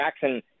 Jackson